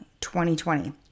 2020